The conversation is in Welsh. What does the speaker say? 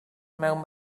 mewn